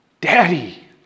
Daddy